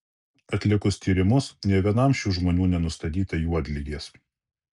atlikus tyrimus nė vienam šių žmonių nenustatyta juodligės